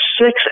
six